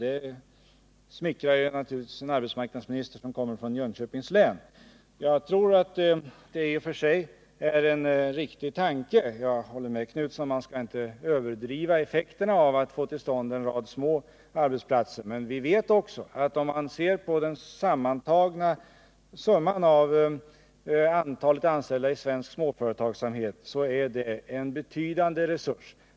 Det smickrar naturligtvis en arbetsmarknadsminister som kommer från Jönköpings län. Jag tror att det i och för sig är en riktig tanke, men jag håller med Göthe Knutson om att man inte skall överdriva effekterna av att få till en rad små arbetsplatser. Men vi vet också, om vi ser på det sammantagna antalet anställda i svensk småföretagsamhet, att den är en betydande resurs.